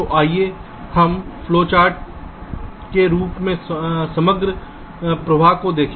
तो आइए हम प्रवाह चार्ट के रूप में समग्र प्रवाह को देखें